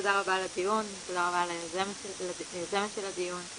תודה רבה על הדיון, תודה רבה ליוזמת של הדיון.